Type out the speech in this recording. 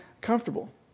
comfortable